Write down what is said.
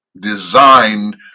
designed